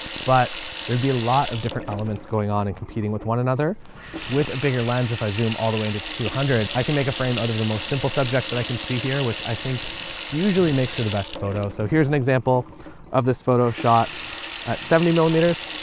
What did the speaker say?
but there'd be a lot of different elements going on and competing with one another with a bigger lens. if i zoom all the way into two hundred, i can make a frame out of the most simple subject that i can see here, which i think usually makes for the best photos. so here's an example of this photo shot at seventy millimeters,